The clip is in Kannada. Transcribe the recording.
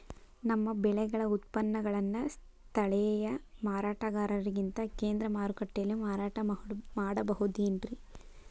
ನಮ್ಮ ಬೆಳೆಗಳ ಉತ್ಪನ್ನಗಳನ್ನ ಸ್ಥಳೇಯ ಮಾರಾಟಗಾರರಿಗಿಂತ ಕೇಂದ್ರ ಮಾರುಕಟ್ಟೆಯಲ್ಲಿ ಮಾರಾಟ ಮಾಡಬಹುದೇನ್ರಿ?